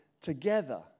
together